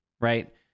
right